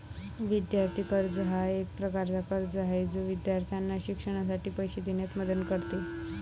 विद्यार्थी कर्ज हा एक प्रकारचा कर्ज आहे जो विद्यार्थ्यांना शिक्षणासाठी पैसे देण्यास मदत करतो